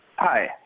Hi